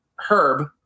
Herb